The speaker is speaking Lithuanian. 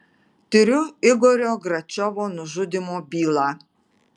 tiriu igorio gračiovo nužudymo bylą